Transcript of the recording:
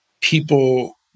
people